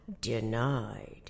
denied